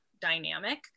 dynamic